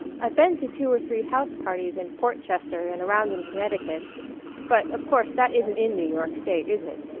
i've been to two or three house parties in portchester and around in connecticut but, of course, that isn't in new york state, is it?